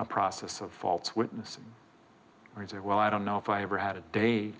a process of false witness or is it well i don't know if i ever had a day